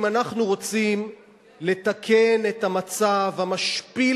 אם אנחנו רוצים לתקן את המצב המשפיל